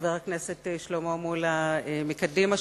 וחבר הכנסת שלמה מולה מקדימה,